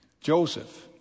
Joseph